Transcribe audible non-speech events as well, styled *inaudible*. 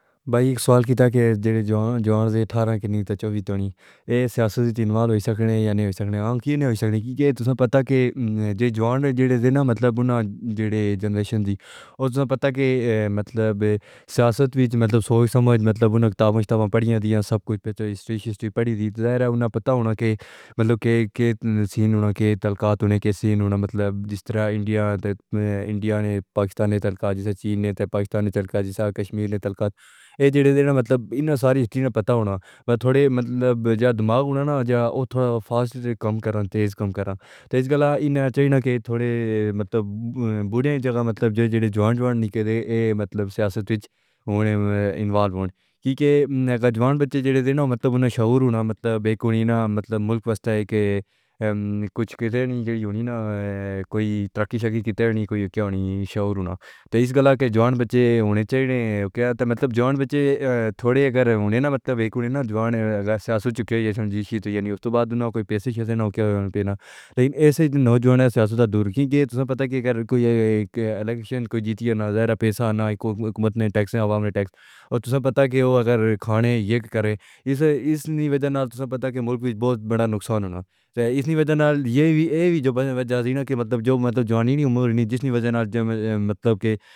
بھائی سوال کیتا کہ جواں جواں سے اٹھارہ کی تھی چووی سالہ یہ سیاست میں شامیل ہوئے۔ یعنی کیا نہیں ہو سکتا؟ کیا آپ کو پتہ ہے کہ جو جواں ہیں، جنہیں نہ مطلب انہیں جنریشن دی اور تمہیں پتا ہے کہ مطلب سیاست میں مطلب سوچ سمجھ مطلب کتبن کتابیں پڑھی ہوتی ہیں، سب کچھ پڑھی ہوتی ہے تو ظاہر ہے انہیں پتہ ہونا چاہیے کہ مطلب کہ صحیح کیسے ہونا ہے۔ مطلب جس طرح انڈیا نے، انڈیا نے، پاکستان نے چین سے، چین نے بھی پاکستان سے، کشمیر نے تلخات، یہ جنہیں مطلب انہیں ساری ہسٹری پتا ہو تو تھوڑے مطلب یا دماغ میں نہ جائے یا فاسٹ کم کریں، تیز کم کریں، تیز گلا چاہیے کہ تھوڑے مطلب بوڑھے جگہ مطلب جو جواہر نہیں کرتے۔ یہ مطلب سیاست میں انول ہونا ہے کیونکہ جواں بچے جن کو مطلب انہیں شہور ہونا مطلب ایک مطلب ملک کے لیے کہ کچھ نہ ہو نہ کچھ۔ ترقی کی طرف نہیں کیا، شہور ہونا، تو اس گلا کے جواں بچے ہونے چاہیے کیا مطلب؟ جواں بچے، تھوڑے اگر ہوئے نہ مطلب ایک جواں، سیاست میں، یعنی اس تو بعد کوئی پیسے نہ کیا نا، لیکن اسی طرح نوجوان سیاسی سے دور رہے، کیونکہ سب جانتے ہیں کہ اگر کوئی الیکشن کوی جیتے ہیں، نظر پیسا، حکومت نے ٹیکس، عوام نے ٹیکس، اور تمہیں پتہ ہے کہ وہ اگر کھانے یہ کریں، اسے اس لیے نہیں کرتے، جتنا کہ ملک بہت بڑا نقصان ہونا چاہیے، اس لیے یہ بھی اے جولہے، مطلب جو مطلب جوانی ہی موت نہیں، جس کی وجہ سے مطلب کہ۔ *hesitation* *unintelligible*